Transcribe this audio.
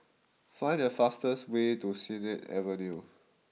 find the fastest way to Sennett Avenue